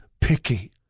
picky